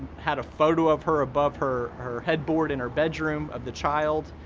had a photo of her above her her headboard in her bedroom of the child,